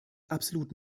absolut